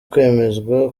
kwemezwa